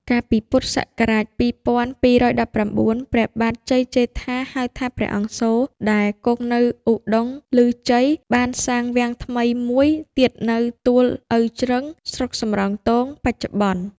កាលពីព.ស. ២២១៩ ព្រះបាទជ័យជេដ្ឋា (ហៅថា ព្រះអង្គសូរ) ដែលគង់នៅឧត្តុង្គឮជ័យ បានសាងវាំងថ្មីមួយទៀតនៅ ទូលឪជ្រឹង (ស្រុកសំរោងទងបច្ចុប្បន្ន)។